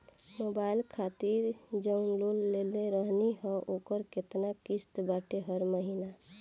Mobile खातिर जाऊन loan लेले रहनी ह ओकर केतना किश्त बाटे हर महिना?